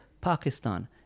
Pakistan